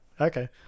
okay